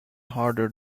harder